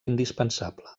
indispensable